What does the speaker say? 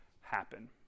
happen